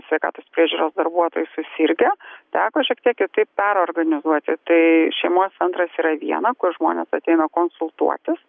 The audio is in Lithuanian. sveikatos priežiūros darbuotojai susirgę teko šiek tiek kitaip perorganizuoti tai šeimos centras yra viena kur žmonės ateina konsultuotis